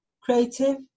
creative